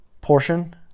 portion